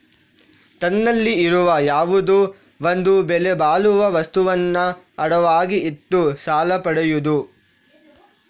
ತನ್ನಲ್ಲಿ ಇರುವ ಯಾವುದೋ ಒಂದು ಬೆಲೆ ಬಾಳುವ ವಸ್ತುವನ್ನ ಅಡವಾಗಿ ಇಟ್ಟು ಸಾಲ ಪಡಿಯುದು